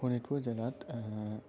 শোণিতপুৰ জিলাত